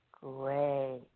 Great